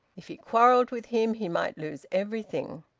if he quarrelled with him, he might lose everything.